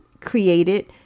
created